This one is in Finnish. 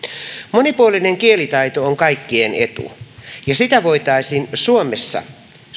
monipuolinen kielitaito on kaikkien etu ja sitä voitaisiin suomessa